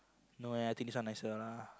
no eh I think this one nicer lah